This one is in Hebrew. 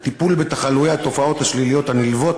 הטיפול בתחלואי התופעות השליליות הנלוות